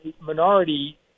minority